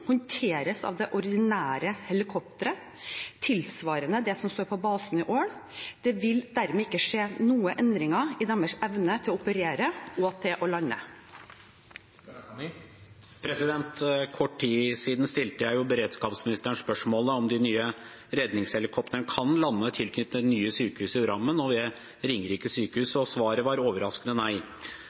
håndteres av det ordinære helikopteret, tilsvarende det som står på basen på Ål. Det vil dermed ikke skje noen endringer i deres evne til å operere og til å lande. For kort tid siden stilte jeg beredskapsministeren spørsmålet om de nye redningshelikoptrene kan lande tilknyttet det nye sykehuset i Drammen og ved Ringerike sykehus, og svaret var overraskende nei.